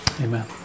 amen